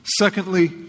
Secondly